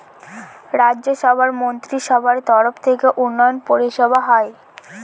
রাজ্য সভার মন্ত্রীসভার তরফ থেকে উন্নয়ন পরিষেবা হয়